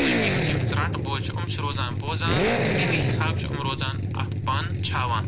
تہٕ ییٚمِس یِم ژرٛٹہٕ بوجھ چھِ یِم چھِ روزان بوزان تہٕ تمیٚے حِسابہٕ چھِ یِم روزان اَتھ پَن چھاوان